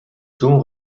зүүн